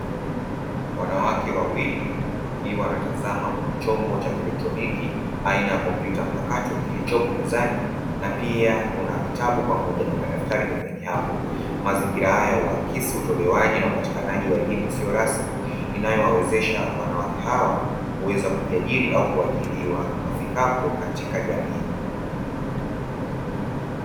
Wanawake wawili wakiwa wanatazama kwenye chombo cha kielektroniki aina ya kompyuta mpakato, kilichopo mezani na pia kuna vitabu pamoja na madaftari mezani hapo. Mazingira haya huakisi utolewaji na upatikanaji wa elimu isiyo rasmi, inayowawezesha wanawake hawa kuweza kujiajiri au kuajiriwa wafikapo katika jamii.